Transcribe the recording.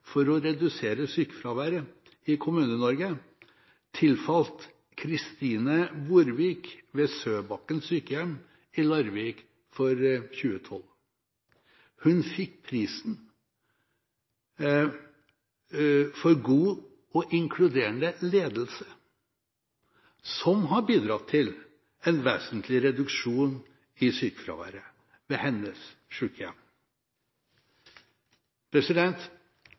for å redusere sykefraværet i Kommune-Norge – tilfalt i 2012 Kristine Borvik ved Søbakken sykehjem i Larvik. Hun fikk prisen for god og inkluderende ledelse, som har bidratt til en vesentlig reduksjon i sykefraværet ved hennes